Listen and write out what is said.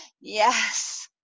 yes